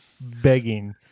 begging